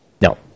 No